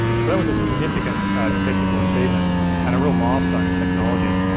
so that was a significant technical achievement and a real milestone in technology.